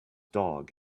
dog